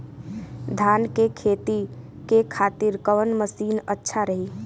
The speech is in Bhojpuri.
धान के खेती के खातिर कवन मशीन अच्छा रही?